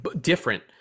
different